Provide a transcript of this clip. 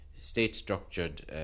state-structured